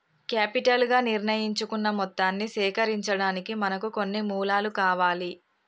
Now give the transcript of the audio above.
capital గా నిర్ణయించుకున్న మొత్తాన్ని సేకరించడానికి మనకు కొన్ని మూలాలు కావాలి